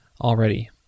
already